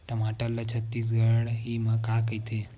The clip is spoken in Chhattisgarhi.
टमाटर ला छत्तीसगढ़ी मा का कइथे?